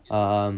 um